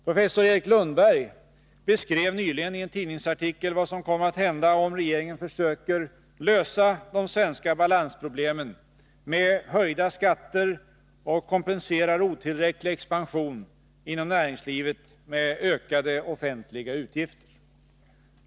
Professor Erik Lundberg beskrev nyligen i en tidningsartikel vad som kommer att hända om regeringen försöker lösa de svenska balansproblemen med höjda skatter och kompenserar otillräcklig expansion inom näringslivet med ökade offentliga utgifter.